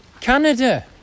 Canada